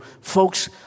Folks